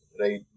right